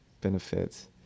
benefits